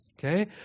Okay